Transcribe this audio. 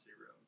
room